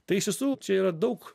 tai iš tiesų čia yra daug